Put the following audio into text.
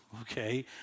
Okay